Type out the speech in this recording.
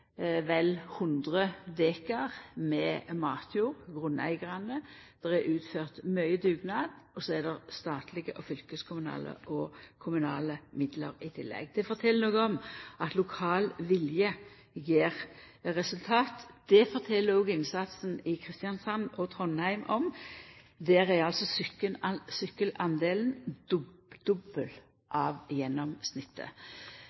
vel 100 dekar med matjord. Det er utført mykje dugnad, og det er statlege, fylkeskommunale og kommunale midlar i tillegg. Det fortel noko om at lokal vilje gjev resultat. Det fortel òg innsatsen i Kristiansand og Trondheim om. Der er altså